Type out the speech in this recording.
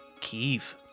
Kiev